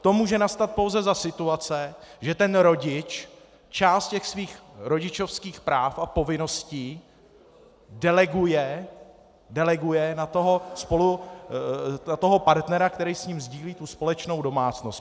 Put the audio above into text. To může nastat pouze za situace, že ten rodič část těch svých rodičovských práv a povinností deleguje na toho partnera, který s ním sdílí společnou domácnost.